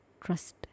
Trust